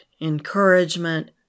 encouragement